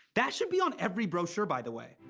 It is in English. that should be on every brochure by the way.